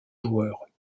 joueurs